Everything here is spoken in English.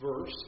verse